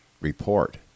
report